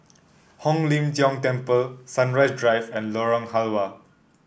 Hong Lim Jiong Temple Sunrise Drive and Lorong Halwa